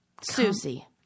Susie